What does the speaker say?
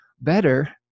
better